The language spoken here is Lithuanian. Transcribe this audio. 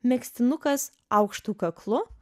megztinukas aukštu kaklu